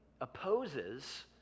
opposes